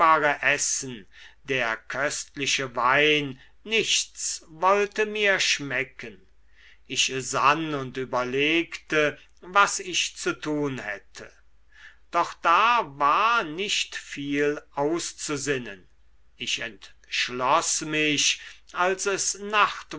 der köstliche wein nichts wollte mir schmecken ich sann und überlegte was ich zu tun hätte doch da war nicht viel auszusinnen ich entschloß mich als es